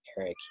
Eric